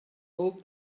old